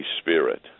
Spirit